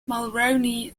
mulroney